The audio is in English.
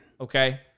Okay